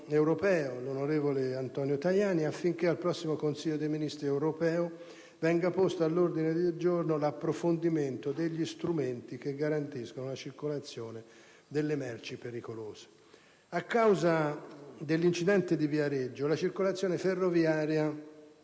europeo onorevole Antonio Tajani affinché al prossimo Consiglio dei ministri europeo venga posto all'ordine del giorno l'approfondimento degli strumenti che garantiscono la circolazione delle merci pericolose. A causa dell'incidente di Viareggio la circolazione ferroviaria